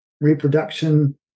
reproduction